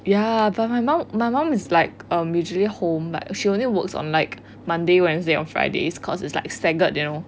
ya but my mom my mom is like um usually home like she only works on like monday wednesdays and fridays cause it's like staggered you know